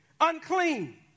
unclean